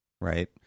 Right